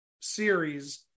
series